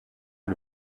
est